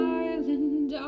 island